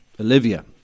Olivia